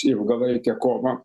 ilgalaikę kovą